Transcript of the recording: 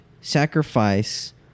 sacrifice